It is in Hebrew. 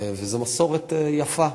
וזו מסורת יפה.